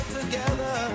together